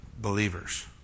believers